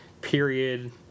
period